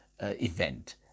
event